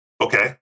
Okay